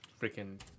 freaking